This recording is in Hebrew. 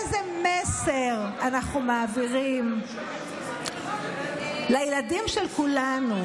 איזה מסר אנחנו מעבירים לילדים של כולנו,